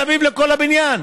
שמים לכל הבניין.